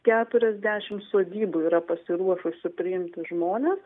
keturiasdešimt sodybų yra pasiruošusių priimti žmones